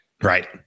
right